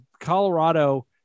Colorado